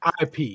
IP